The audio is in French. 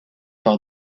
par